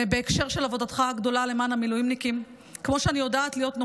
בתוך התחושה האיומה הזאת, אני אומרת את זה גם